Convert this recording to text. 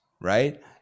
right